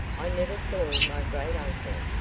i never saw my great uncle.